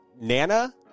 Nana